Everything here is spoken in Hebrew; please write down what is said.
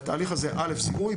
בתהליך הזה - א' -זיהוי,